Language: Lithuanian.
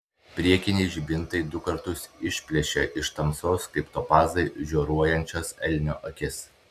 priekiniai žibintai du kartus išplėšė iš tamsos kaip topazai žioruojančias elnio akis